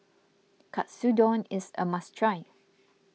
Katsudon is a must try